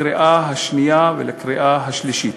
לקריאה השנייה ולקריאה השלישית.